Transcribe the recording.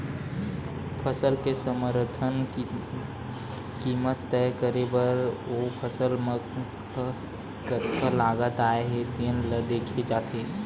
फसल के समरथन कीमत तय करे बर ओ फसल म कतका लागत आए हे तेन ल देखे जाथे